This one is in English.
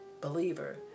believer